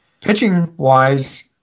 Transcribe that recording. pitching-wise